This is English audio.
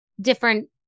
different